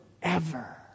forever